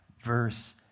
Verse